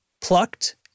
Plucked